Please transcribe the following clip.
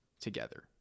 together